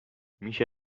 میشه